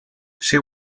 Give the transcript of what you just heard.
she